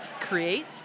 create